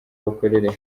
bakorere